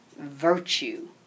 virtue